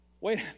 Wait